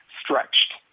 Stretched